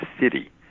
city